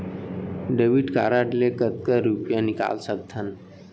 Debit card ले कतका रुपिया निकाल सकथन?